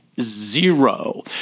zero